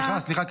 סליחה, סליחה.